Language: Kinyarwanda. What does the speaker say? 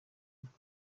avuga